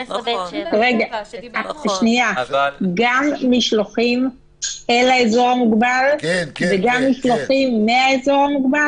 גם משלוחים אל האזור המוגבל וגם משלוחים מהאזור המוגבל?